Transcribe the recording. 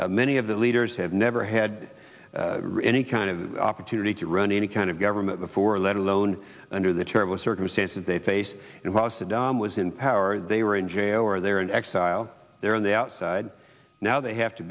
may many of the leaders have never had any kind of opportunity to run any kind of government before let alone under the terrible circumstances they face and how saddam was in power they were in jail or they're in exile they're on the outside now they have to